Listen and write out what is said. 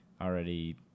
already